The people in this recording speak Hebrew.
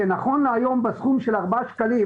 כי נכון להיום, בתוספת של 4 שקלים בסכום,